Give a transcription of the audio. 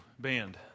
band